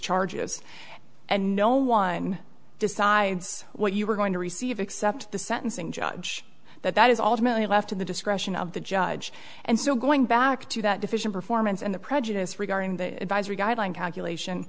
charges and no one decides what you are going to receive except the sentencing judge that that is all the million left to the discretion of the judge and so going back to that deficient performance and the prejudice regarding the advisory guideline calculation